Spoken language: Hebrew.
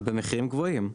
במחירים גבוהים,